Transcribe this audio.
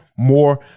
More